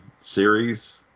series